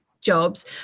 jobs